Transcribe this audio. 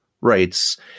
rights